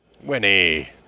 Winnie